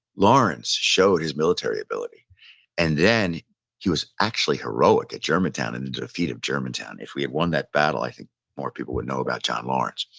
lawrence showed his military ability and then he was actually heroic at germantown and the defeat of germantown. if we had won that battle, i think more people would know about john lawrence.